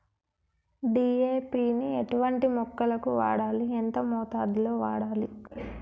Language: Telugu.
డీ.ఏ.పి ని ఎటువంటి మొక్కలకు వాడాలి? ఎంత మోతాదులో వాడాలి?